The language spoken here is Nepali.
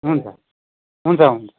हुन्छ हुन्छ हुन्छ